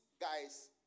guys